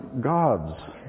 God's